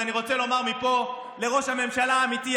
אז אני רוצה לומר מפה לראש הממשלה האמיתי,